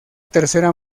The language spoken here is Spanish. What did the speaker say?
tercera